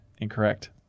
Incorrect